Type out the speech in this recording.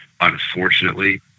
unfortunately